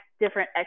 different